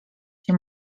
się